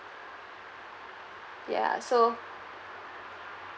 ya so